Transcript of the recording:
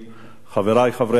חברי חברי הכנסת,